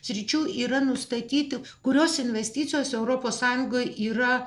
sričių yra nustatyti kurios investicijos europos sąjungai yra